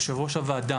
יושב ראש הוועדה,